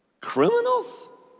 Criminals